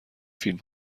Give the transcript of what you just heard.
فیلم